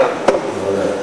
אגב,